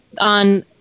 on